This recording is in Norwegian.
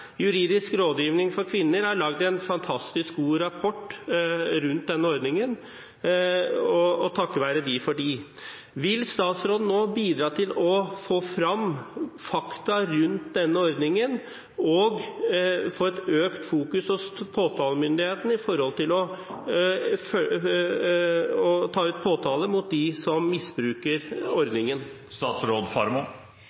Juridisk Rådgivning for Kvinner har laget en fantastisk god rapport om denne ordningen, og ære være dem for det. Vil statsråden nå bidra til å få frem fakta rundt denne ordningen og få økt fokusering hos påtalemyndighetene med hensyn til å ta ut påtale mot dem som misbruker